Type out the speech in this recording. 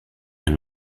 ein